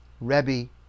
Rebbe